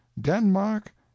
denmark